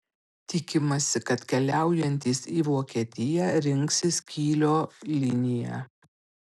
tikimasi kad keliaujantys į vokietiją rinksis kylio liniją